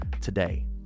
today